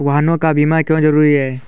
वाहनों का बीमा क्यो जरूरी है?